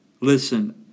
Listen